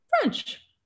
French